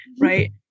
right